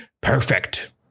perfect